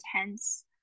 intense